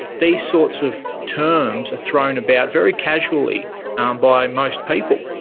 these sorts of terms are thrown about very casually um by most people,